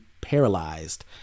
paralyzed